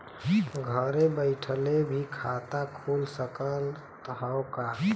घरे बइठले भी खाता खुल सकत ह का?